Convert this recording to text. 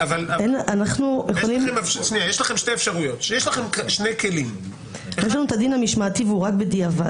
יש לכם שני כלים --- יש לנו את הדין משמעתי והוא רק בדיעבד.